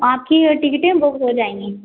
आपकी टिकटें बुक हो जाएंगी